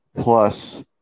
plus